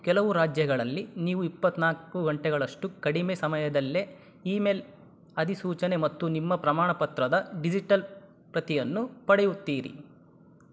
ಕೆಲವು ರಾಜ್ಯಗಳಲ್ಲಿ ನೀವು ಇಪ್ಪತ್ನಾಲ್ಕು ಗಂಟೆಗಳಷ್ಟು ಕಡಿಮೆ ಸಮಯದಲ್ಲೇ ಇಮೇಲ್ ಅಧಿಸೂಚನೆ ಮತ್ತು ನಿಮ್ಮ ಪ್ರಮಾಣಪತ್ರದ ಡಿಜಿಟಲ್ ಪ್ರತಿಯನ್ನು ಪಡೆಯುತ್ತೀರಿ